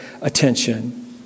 attention